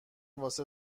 واسه